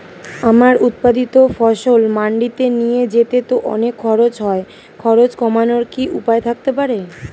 আমার উৎপাদিত ফসল মান্ডিতে নিয়ে যেতে তো অনেক খরচ হয় খরচ কমানোর কি উপায় থাকতে পারে?